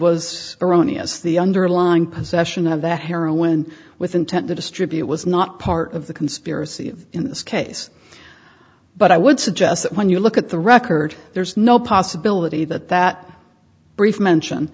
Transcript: was erroneous the underlying possession of that heroin with intent to distribute was not part of the conspiracy in this case but i would suggest that when you look at the record there's no possibility that that brief mention